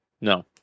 No